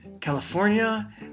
California